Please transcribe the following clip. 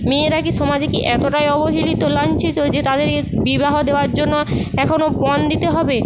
মেয়েরা কি সমাজে কি এতটাই অবহেলিত লাঞ্ছিত যে তাদের এ বিবাহ দেওয়ার জন্য এখনও পণ দিতে হবে